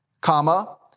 comma